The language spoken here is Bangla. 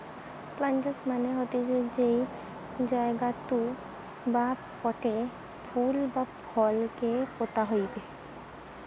প্লান্টার্স মানে হতিছে যেই জায়গাতু বা পোটে ফুল বা ফল কে পোতা হইবে